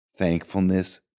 Thankfulness